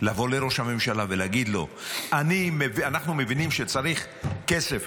לבוא לראש הממשלה ולהגיד לו: אנחנו מבינים שצריך כסף